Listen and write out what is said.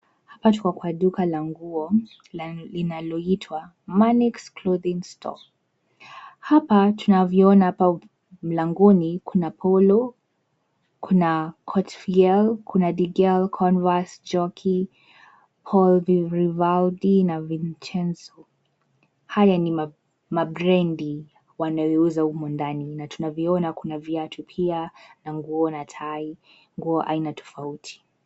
Hapa tuko duka la nguo linaloitwa Manix Clothing Store. Hapa tunavyoona hapo mlangoni kuna Polo, kuna Cortefiel, kuna Digel, Converse, Jockey, Rivaldi na Vincenzo. Haya ni mabrand wanayouza humu ndani na tunavyoona kuna viatu pia na nguo na tai, nguo aina tofauti.